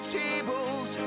tables